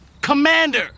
commander